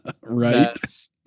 Right